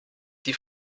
die